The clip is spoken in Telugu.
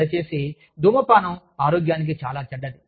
దయచేసి ధూమపానం ఆరోగ్యానికి చాలా చెడ్డది